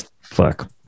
Fuck